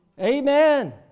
Amen